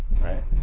right